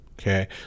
Okay